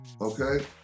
okay